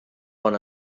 bon